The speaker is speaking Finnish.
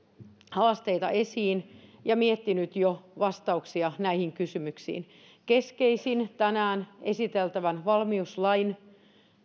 haasteita esiin ja miettinyt jo vastauksia näihin kysymyksiin keskeisin tänään esiteltävän valmiuslain